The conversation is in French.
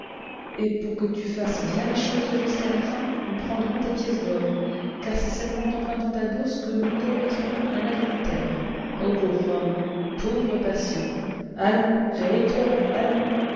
et pour que tu fasses bien les choses jusqu'à la fin nous prendrons tes pièces d'or car c'est seulement en empruntant ta bourse que nous commettrons un adultère ô pauvre homme pauvre patient allons réveille-toi allons